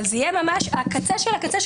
אבל זה יהיה ממש הקצה של הקצה,